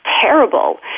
terrible